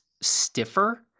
stiffer